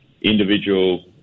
individual